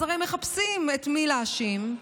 אז הרי מחפשים את מי להאשים,